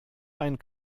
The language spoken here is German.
einen